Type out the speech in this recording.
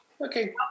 Okay